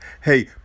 Hey